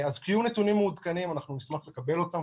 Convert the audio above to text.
כשיהיו נתונים מעודכנים אנחנו נשמח לקבל אותם,